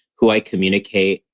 who i communicate,